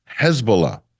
Hezbollah